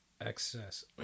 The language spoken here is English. excess